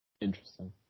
Interesting